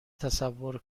تصور